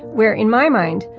where in my mind,